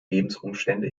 lebensumstände